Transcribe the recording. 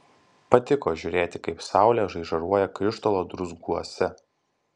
patiko žiūrėti kaip saulė žaižaruoja krištolo druzguose